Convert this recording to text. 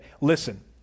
Listen